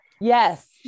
Yes